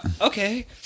okay